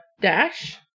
dash